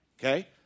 Okay